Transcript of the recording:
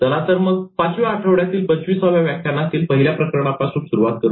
चला तर मग पाचव्या आठवड्यातील पंचविसाव्या व्याख्यानातील पहिल्या प्रकरणापासून सुरुवात करुया